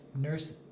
Nurse